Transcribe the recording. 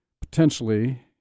potentially